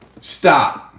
Stop